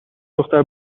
دختر